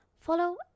follow